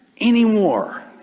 anymore